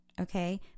Okay